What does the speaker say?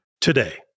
today